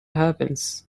happens